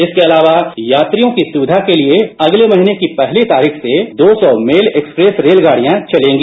इसके अलावा यात्रियों की सुविधा के लिए अगले महीने की पहली तारीख से दो सौ मेल एक्सप्रेस रेलगाड़ियां चलेगी